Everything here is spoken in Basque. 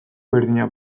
berdinak